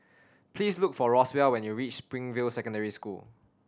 please look for Roswell when you reach Springfield Secondary School